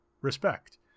respect